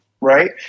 right